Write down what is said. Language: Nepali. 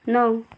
नौ